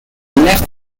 left